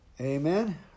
Amen